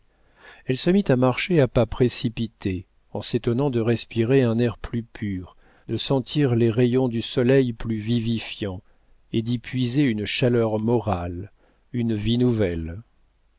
elle se mit à marcher à pas précipités en s'étonnant de respirer un air plus pur de sentir les rayons du soleil plus vivifiants et d'y puiser une chaleur morale une vie nouvelle